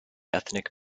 ethnic